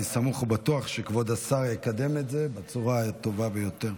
אני סמוך ובטוח שכבוד השר יקדם את זה בצורה הטובה ביותר.